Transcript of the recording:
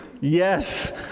Yes